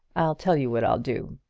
i'll tell you what i'll do.